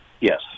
Yes